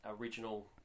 original